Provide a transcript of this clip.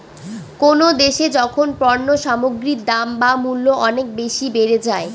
কোনো দেশে যখন পণ্য সামগ্রীর দাম বা মূল্য অনেক বেশি বেড়ে যায়